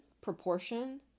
proportion